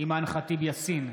אימאן ח'טיב יאסין,